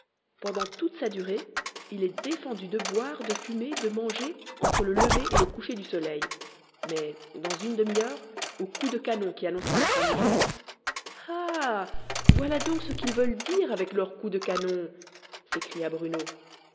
pendant toute sa durée il est défendu de boire de fumer de manger entre le lever et le coucher du soleil mais dans une demi-heure au coup de canon qui annoncera la fin du jour ah voilà donc ce qu'ils veulent dire avec leur coup de canon s'écria bruno